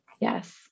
Yes